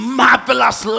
marvelous